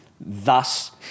thus